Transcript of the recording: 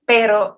Pero